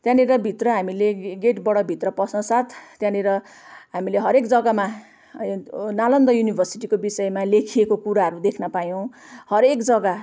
त्यहाँनिर भित्र हामीले गेटबाट भित्र पस्नासाथ त्यहाँनिर हामीले हरेक जग्गामा नालन्दा युनिभर्सिटीको विषयमा लेखिएको कुराहरू देख्न पायौँ हरेक जग्गा